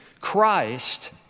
Christ